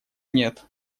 нет